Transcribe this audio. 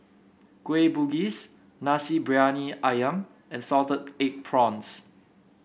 Kueh Bugis Nasi Briyani ayam and Salted Egg Prawns